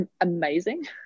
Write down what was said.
amazing